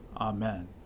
Amen